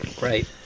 Right